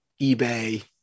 eBay